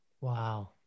Wow